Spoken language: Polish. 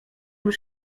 już